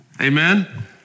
Amen